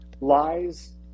lies